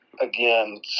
again